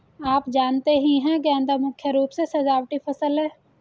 आप जानते ही है गेंदा मुख्य रूप से सजावटी फसल है